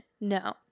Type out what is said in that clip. No